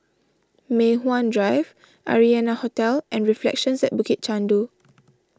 Mei Hwan Drive Arianna Hotel and Reflections at Bukit Chandu